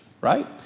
right